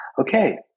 Okay